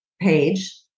page